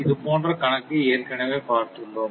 இதுபோன்ற கணக்கு ஏற்கனவே பார்த்துள்ளோம்